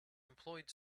employed